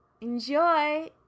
Enjoy